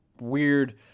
weird